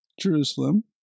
Jerusalem